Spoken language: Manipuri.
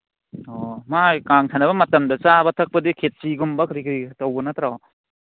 ꯑꯣ ꯅꯈꯣꯏ ꯀꯥꯡ ꯁꯥꯟꯅꯕ ꯃꯇꯝꯗ ꯆꯥꯕ ꯊꯛꯄꯗꯤ ꯈꯦꯆ꯭ꯔꯤꯒꯨꯝꯕ ꯀꯔꯤ ꯀꯔꯤ ꯇꯧꯕ ꯅꯠꯇ꯭ꯔꯣ